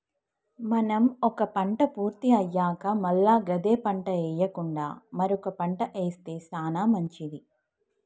మనం ఒక పంట పూర్తి అయ్యాక మల్ల గదే పంట ఎయ్యకుండా మరొక పంట ఏస్తె సానా మంచిది